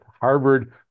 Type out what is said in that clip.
Harvard